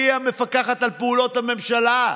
היא המפקחת על פעולות הממשלה.